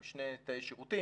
עם שני תאי שירותים,